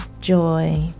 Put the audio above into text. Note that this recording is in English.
joy